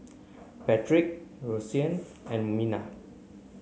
Patric Roseanne and Mina